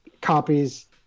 copies